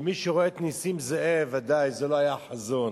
ומי שרואה את נסים זאב, בוודאי זה לא היה החזון.